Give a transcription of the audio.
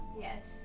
Yes